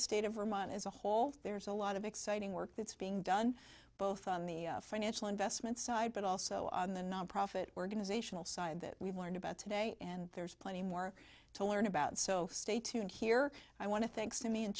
state of vermont as a whole there's a lot of exciting work that's being done both on the financial investment side but also on the nonprofit organizational side that we've learned about today and there's plenty more to learn about so stay tuned here i want to thanks to me